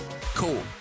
Cool